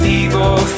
evil